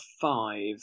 five